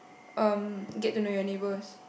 um get to know your neighbours